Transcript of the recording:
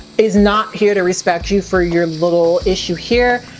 is not here to respect you for your little issue here,